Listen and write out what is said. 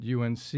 UNC